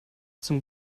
zum